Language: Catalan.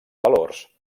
valors